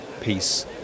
peace